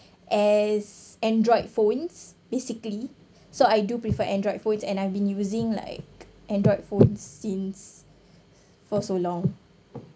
as android phones basically so I do prefer android phones and I've been using like android phones since for so long